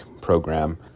program